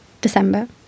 December